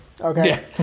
Okay